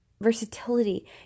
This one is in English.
versatility